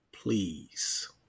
Please